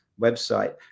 website